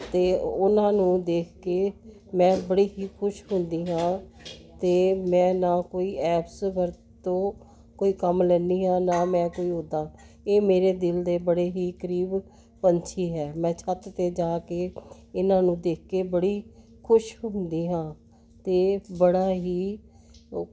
ਅਤੇ ਉਹਨਾਂ ਨੂੰ ਦੇਖ ਕੇ ਮੈਂ ਬੜੀ ਹੀ ਖੁਸ਼ ਹੁੰਦੀ ਹਾਂ ਅਤੇ ਮੈਂ ਨਾ ਕੋਈ ਐਪਸ ਵਰਤੋਂ ਕੋਈ ਕੰਮ ਲੈਂਦੀ ਹਾਂ ਨਾ ਮੈਂ ਕੋਈ ਉੱਦਾਂ ਇਹ ਮੇਰੇ ਦਿਲ ਦੇ ਬੜੇ ਹੀ ਕਰੀਬ ਪੰਛੀ ਹੈ ਮੈਂ ਛੱਤ 'ਤੇ ਜਾ ਕੇ ਇਹਨਾਂ ਨੂੰ ਦੇਖ ਕੇ ਬੜੀ ਖੁਸ਼ ਹੁੰਦੀ ਹਾਂ ਅਤੇ ਬੜਾ ਹੀ ਓ